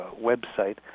website